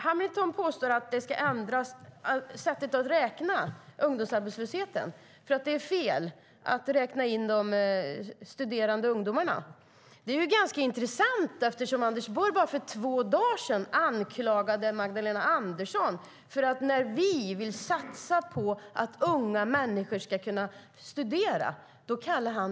Hamilton påstår att sättet att räkna ungdomsarbetslösheten ska ändras eftersom det är fel att räkna in de studerande ungdomarna. Det är ganska intressant eftersom Anders Borg för bara två dagar sedan anklagade Magdalena Andersson för att vilja gömma arbetslösheten när vi vill satsa på att unga människor ska kunna studera.